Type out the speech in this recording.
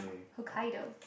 Hokkaido